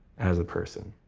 as a person.